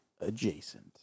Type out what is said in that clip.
adjacent